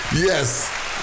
Yes